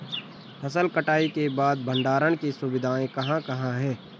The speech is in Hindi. फसल कटाई के बाद भंडारण की सुविधाएं कहाँ कहाँ हैं?